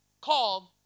called